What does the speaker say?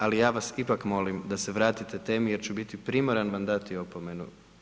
Ali ja vas ipak molim da se vratite temi jer ću biti primoran vam dati opomenu.